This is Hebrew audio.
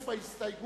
מי נגד?